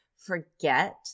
forget